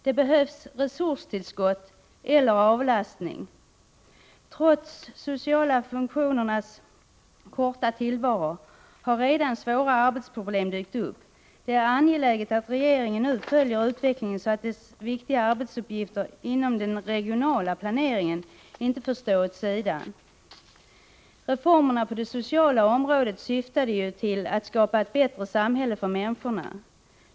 Det behövs resurstillskott eller avlastning. Trots de sociala funktionernas korta tillvaro har svåra arbetsproblem redan dykt upp. Det är angeläget att regeringen nu följer utvecklingen, så att de sociala funktionernas viktiga arbetsuppgifter inom den regionala planeringen inte får stå åt sidan. Reformerna på det sociala området syftade till att skapa ett bättre samhälle för människorna.